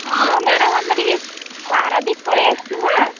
ହଁ ମ୍ୟାଡ଼ମ୍ ଆମେ ଟିକିଏ ପାରାଦ୍ୱୀପ ପଳେଇ ଆସିଛୁ ବା